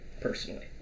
personally